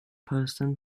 person